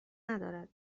ندارد